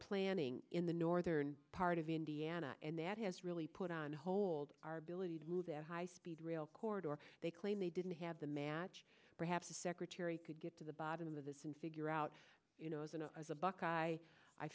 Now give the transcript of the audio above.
planning in the northern part of indiana and that has really put on hold our ability to move at high speed rail corridor or they claim they didn't have the match perhaps a secretary could get to the bottom of this and figure out you know as an as a buckeye i